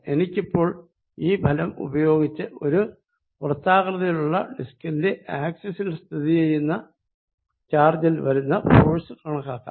എനിക്കിപ്പോൾ ഈ ഫലം ഉപയോഗിച്ച് ഒരു വൃത്താകൃതിയിലുള്ള ഡിസ്കിന്റെ ആക്സിസിൽ സ്ഥിതി ചെയ്യുന്ന ചാർജിൽ വരുന്ന ഫോഴ്സ് കണക്കാക്കാം